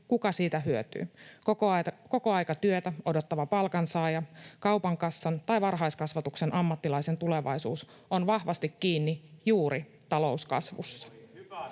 siitä hyötyy. Kokoaikatyötä odottavan palkansaajan, kaupan kassan tai varhaiskasvatuksen ammattilaisen tulevaisuus on vahvasti kiinni juuri talouskasvussa.